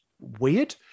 weird